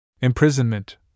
imprisonment